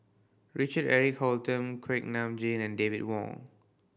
Richard Eric Holttum Kuak Nam Jin and David Wong